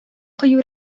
кыю